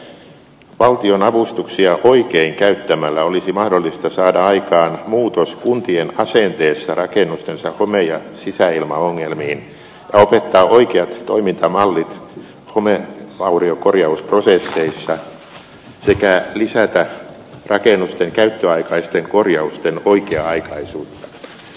valtion avustuksia oikein käyttämällä olisi kuitenkin mahdollista saada aikaan muutos kuntien asenteessa rakennustensa home ja sisäilmaongelmiin ja opettaa oikeat toimintamallit homevauriokorjausprosesseissa sekä lisätä rakennusten käyttöaikaisten korjausten oikea aikaisuutta